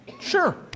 Sure